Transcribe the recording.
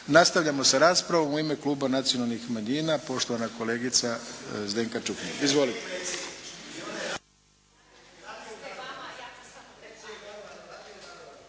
Nastavljamo sa raspravom. U ime kluba nacionalnih manjina poštovana kolegica Zdenka Čuhnil. Izvolite!